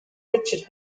richard